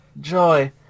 Joy